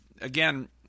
again